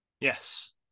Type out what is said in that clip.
Yes